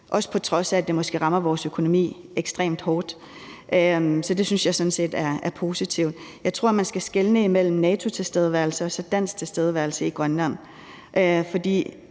også på trods af at det måske rammer vores økonomi ekstremt hårdt. Så det synes jeg sådan set er positivt. Jeg tror, man skal skelne mellem NATO-tilstedeværelse og så dansk tilstedeværelse i Grønland,